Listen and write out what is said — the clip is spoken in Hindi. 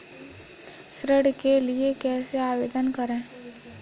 ऋण के लिए कैसे आवेदन करें?